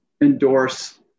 endorse